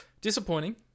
disappointing